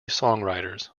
songwriters